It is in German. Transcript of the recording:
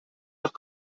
doch